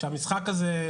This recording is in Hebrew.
כשהמשחק הזה,